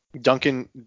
Duncan